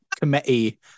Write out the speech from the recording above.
Committee